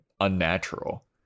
unnatural